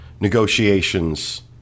negotiations